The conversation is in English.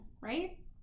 right